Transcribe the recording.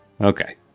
Okay